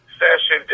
session